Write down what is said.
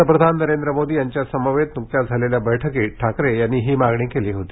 पंतप्रधान नरेंद्र मोदी यांच्या समवेत नुकत्याच झालेल्या बैठकीत ठाकरे यांनी ही मागणी केली होती